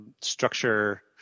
structure